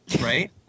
right